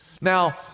Now